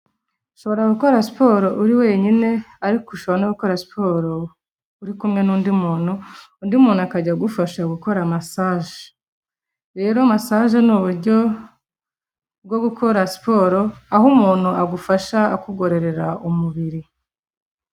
Ushobora gukora siporo uri wenyine ariko ushobora no gukora siporo uri kumwe n'undi muntu, undi muntu akajya agufasha gukora masaje. Rero masaje ni uburyo bwo gukora siporo aho umuntu agufasha akugororera umubiri.